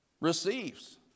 receives